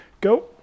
go